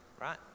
right